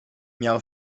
miał